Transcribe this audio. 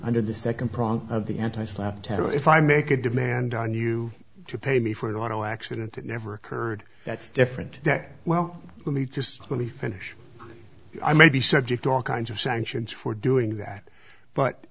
under the second prong of the anti slapp terror if i make a demand on you to pay me for an auto accident that never occurred that's different than well let me just let me finish i may be subject to all kinds of sanctions for doing that but